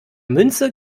münze